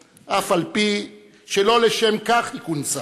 אף-על-פי שלא לשם כך היא כונסה,